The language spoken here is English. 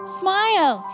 smile